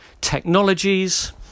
technologies